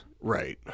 right